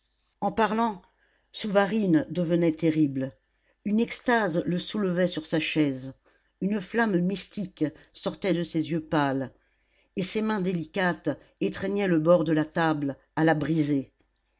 en parlant souvarine devenait terrible une extase le soulevait sur sa chaise une flamme mystique sortait de ses yeux pâles et ses mains délicates étreignaient le bord de la table à la briser